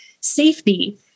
safety